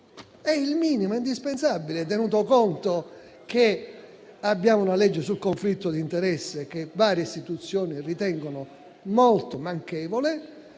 È il minimo indispensabile, tenuto conto che abbiamo una legge sul conflitto di interessi che varie istituzioni ritengono molto manchevole